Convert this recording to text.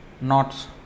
knots